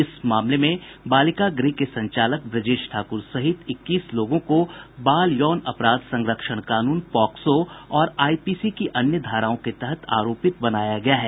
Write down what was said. इस मामले में बालिका गृह के संचालक ब्रजेश ठाक़्र सहित इक्कीस लोगों को बाल यौन अपराध संरक्षण कानून पॉक्सो और आईपीसी की अन्य धाराओं के तहत आरोपित बनाया गया है